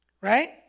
Right